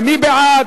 מי בעד,